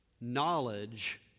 knowledge